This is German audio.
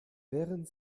während